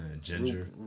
Ginger